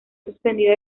suspendida